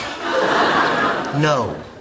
No